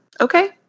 okay